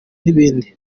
nibindi